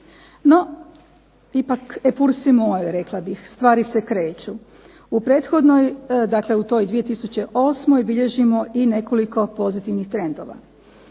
se ne razumije./… rekla bih, stvari se kreću. U prethodnoj, dakle u toj 2008. bilježimo i nekoliko pozitivnih trendova.